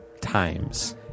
times